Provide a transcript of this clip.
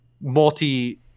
multi